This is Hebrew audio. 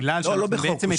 לא, לא בחוק.